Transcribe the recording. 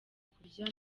kurya